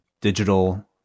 digital